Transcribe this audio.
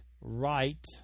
Right